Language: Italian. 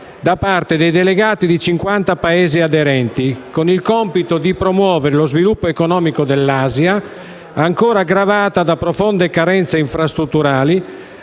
da parte dei delegati di 50 Paesi aderenti, con il compito di promuovere lo sviluppo economico dell'Asia, ancora gravata da profonde carenze infrastrutturali,